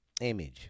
image